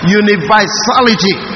universality